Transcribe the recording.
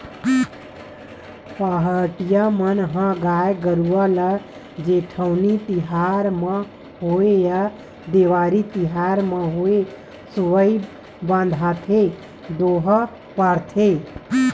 पहाटिया मन ह गाय गरुवा ल जेठउनी तिहार म होवय या देवारी तिहार म होवय सोहई बांधथे दोहा पारत